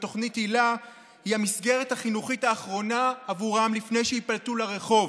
ותוכנית היל"ה היא המסגרת החינוכית האחרונה עבורם לפני שייפלטו לרחוב,